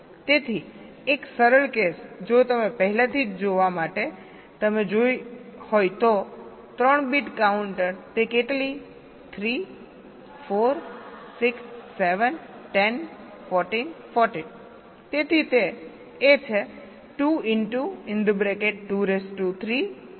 તેથી એક સરળ કેસ જો તમે પહેલાથી જ જોવા માટે તમે જોઈ હોય તો 3 બીટ કાઉન્ટર તે કેટલી 3 4 6 7 10 14 14